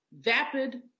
vapid